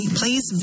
please